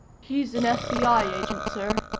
he's an fbi agent, sir,